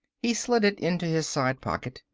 he slid it into his side pocket.